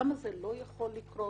כמה זה לא יכול לקרות?